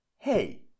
Hey